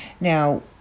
now